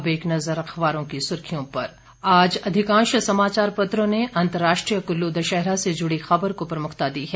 अब एक नजर अखबारों की सुर्खियों पर आज अधिकांश समाचार पत्रों ने अंतर्राष्ट्रीय कुल्लू दशहरा से जुड़ी खबर को प्रमुखता दी है